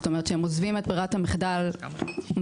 זאת אומרת, שהם עוזבים את ברירת המחדל, מתי?